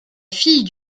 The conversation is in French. fille